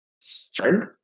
strength